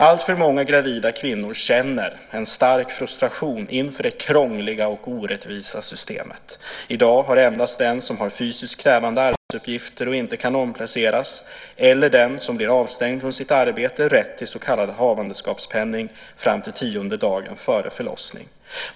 Alltför många gravida kvinnor känner en stark frustration inför det krångliga och orättvisa systemet. I dag har endast den som har fysiskt krävande arbetsuppgifter och inte kan omplaceras eller den som blir avstängd från sitt arbete rätt till så kallad havandeskapspenning fram till tionde dagen före förlossning.